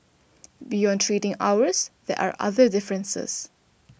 beyond trading hours there are other differences